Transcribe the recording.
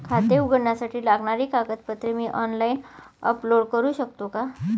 खाते उघडण्यासाठी लागणारी कागदपत्रे मी ऑनलाइन अपलोड करू शकतो का?